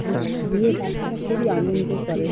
যেখানে গিয়ে বাচ্চারা খুবই আনন্দ করে